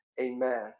Amen